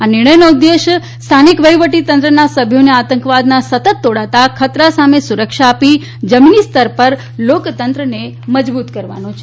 આ નિર્ણયનો ઉદેશ સ્થાનિક વહીવટીતંત્રના સભ્યોને આતંકવાદના સતત તોળાતા ખતરા સામે સુરક્ષા આપી જમીનીસ્તર પર લોકતંત્રને મજબૂત કરવાનો છે